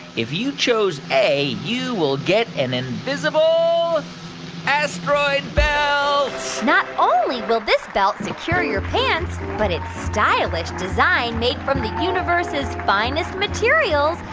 if you chose a, you will get an invisible asteroid belt not only will this belt secure your pants, but its stylish design made from the universe's finest materials,